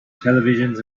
televisions